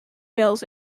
mills